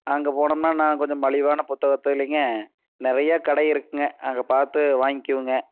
அங்கே போனோம்னா நான் கொஞ்சம் மலிவான புத்தகத்தை இல்லைங்க நிறைய கடை இருக்குதுங்க அங்கே பார்த்து வாங்கிவோங்க